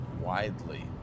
widely